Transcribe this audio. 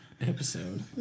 episode